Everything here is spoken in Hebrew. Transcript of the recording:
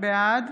בעד